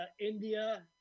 India